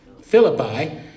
Philippi